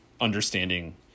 understanding